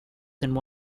than